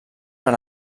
per